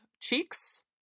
cheeks